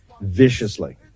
viciously